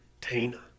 Tina